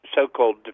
so-called